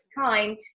time